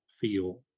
feel